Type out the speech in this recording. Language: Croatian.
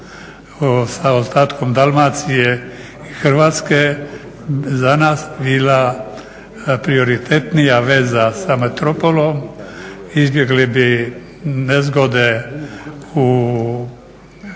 sa ostatkom Dalmacije i Hrvatske za nas bila prioritetnija veza sa metropolom, izbjegli bi nezgode u, vremenske